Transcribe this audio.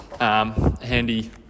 Handy